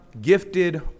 Gifted